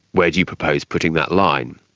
where do you propose putting that line?